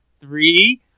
three